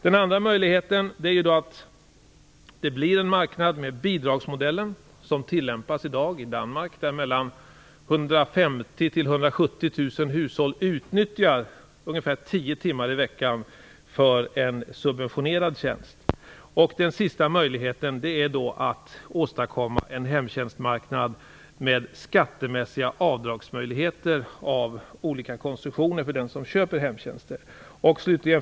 Den andra möjligheten är att det blir en marknad med bidragsmodellen, vilken i dag tillämpas i Danmark, där 150 000-170 000 hushåll utnyttjar ungefär tio timmar i veckan för en subventionerad tjänst. Den sista möjligheten är att åstadkomma en hemtjänstmarknad med skattemässiga avdragsmöjligheter av olika konstruktioner för den som köper hemtjänster. Fru talman!